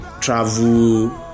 travel